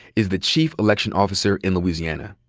is the chief election officer in louisiana.